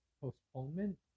postponement